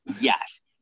yes